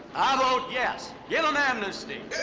i vote yes. give them amnesty.